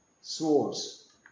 swords